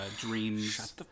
dreams